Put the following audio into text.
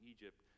Egypt